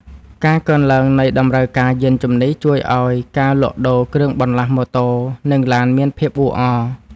ការកើនឡើងនៃតម្រូវការយានជំនិះ ជួយឱ្យការលក់ដូរគ្រឿងបន្លាស់ម៉ូតូ និងឡានមានភាពអ៊ូអរ។